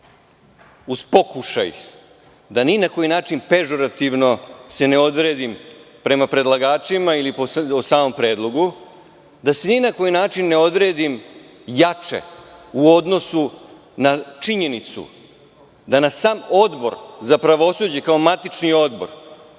uz pokušaj da se ni na koji način pežorativno ne odredim prema predlagačima ili o samom predlogu, da se ni na koji način ne odredim jače u odnosu na činjenicu da na sam Odbor za pravosuđe, kao matični odbor,